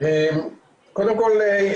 קודם כל,